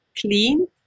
clean